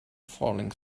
falling